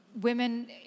women